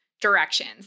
directions